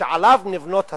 שעליו נבנות השפות.